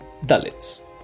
Dalits